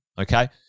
Okay